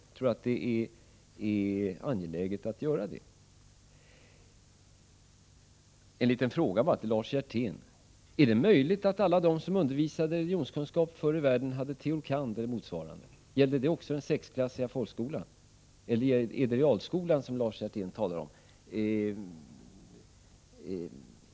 Jag tror att detta är angeläget. Bara en liten fråga till Lars Hjertén: Är det möjligt att de som förr i världen undervisade i religionskunskap hade teol. kand. eller motsvarande? Gällde det också den sexåriga folkskolan, eller är det realskolan som Lars Hjertén talar om?